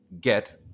get